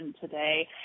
today